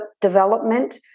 development